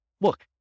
look